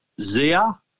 Zia